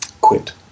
quit